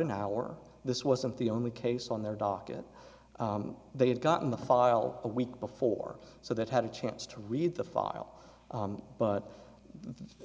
an hour this wasn't the only case on their docket they had gotten the file a week before so that had a chance to read the file but